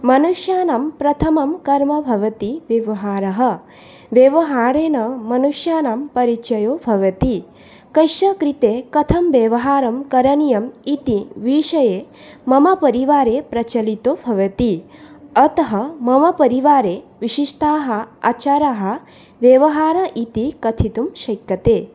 मनुष्याणां प्रथमं कर्म भवति व्यवहारः व्यवहारेण मनुष्याणां परिचयो भवति कस्य कृते कथं व्यवहारः करणीयः इति विषये मम परिवारे प्रचलितो भवति अतः मम परिवारे विशिष्टाः आचाराः व्यवहारः इति कथितुं शक्यते